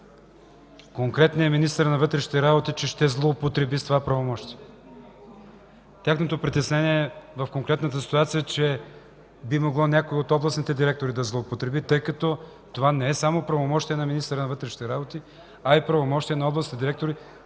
конкретният министър на вътрешните работи ще злоупотреби с това правомощие. Тяхното притеснение в конкретната ситуация е, че би могло някой от областните директори да злоупотреби, тъй като това не е само правомощие на министъра на вътрешните работи, а и правомощие на областните директори